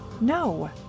No